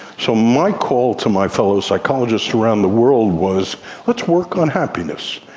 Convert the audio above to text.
so my call to my fellow psychologists around the world was let's work on happiness,